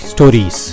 Stories